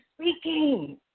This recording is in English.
speaking